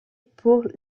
pour